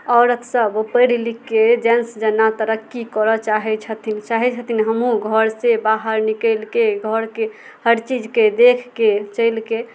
औरत सब ओ पढ़ि लिखके जेन्स जेना तरक्की करऽ चाहै छथिन चाहै छथिन हमहुँ घर से बाहर निकैलके घरके हर चीजके देखके चलिके